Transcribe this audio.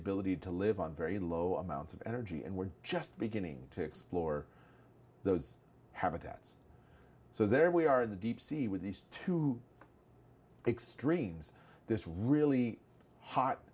ability to live on very low amounts of energy and we're just beginning to explore those habitats so there we are in the deep sea with these two extremes this really hot